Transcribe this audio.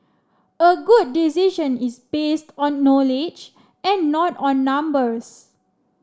a good decision is based on knowledge and not on numbers